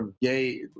gay